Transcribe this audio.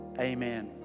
Amen